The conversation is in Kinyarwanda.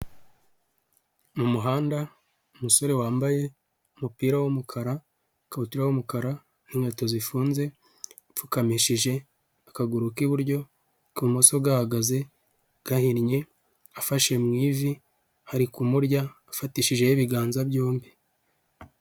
Mu muhanda umusore wambaye umupira w'umukara ikabutura y'umukara n'inkweto zifunze apfukamishije akaguru k'iburyo ak'ibumoso gahagaze gahinnye afashe mu ivi hari kumurya afatishije ibiganza byombi.